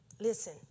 Listen